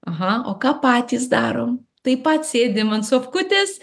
aha o ką patys darom taip pat sėdim ant sofkutės